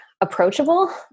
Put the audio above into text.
approachable